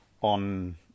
on